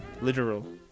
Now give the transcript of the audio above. Literal